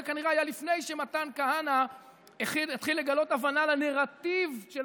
זה כנראה היה לפני שמתן כהנא התחיל לגלות הבנה לנרטיב של